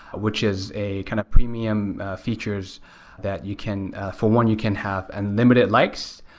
which is a kind of premium features that you can for one, you can have an unlimited likes.